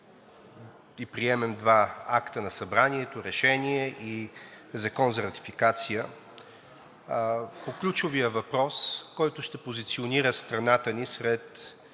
и приемем два акта на Събранието – Решение и Закон за ратификация по ключовия въпрос, който ще позиционира страната ни сред